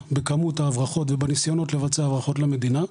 בכמות ההברחות ובניסיונות לבצע הברחות למדינה.